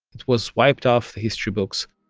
it was wiped off the history books.